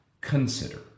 Consider